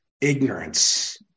ignorance